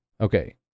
Okay